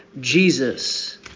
Jesus